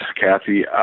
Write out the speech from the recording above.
Kathy